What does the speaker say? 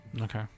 Okay